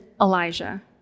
Elijah